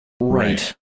Right